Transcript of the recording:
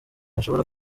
bashobora